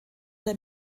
der